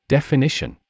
Definition